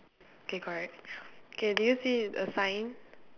k correct k do you see a sign